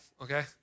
okay